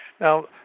Now